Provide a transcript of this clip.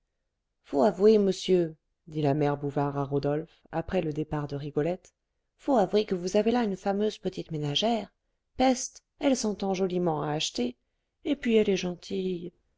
faut avouer monsieur dit la mère bouvard à rodolphe après le départ de rigolette faut avouer que vous avez là une fameuse petite ménagère peste elle s'entend joliment à acheter et puis elle est gentille